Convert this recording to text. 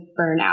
burnout